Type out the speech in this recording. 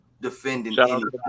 defending